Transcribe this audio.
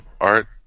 art